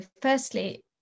firstly